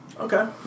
Okay